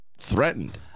threatened